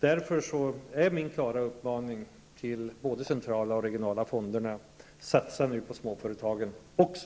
Därför är min klara uppmaning till både den centrala och de regionala fonderna: Satsa nu på småföretagen också!